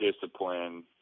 discipline